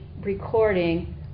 recording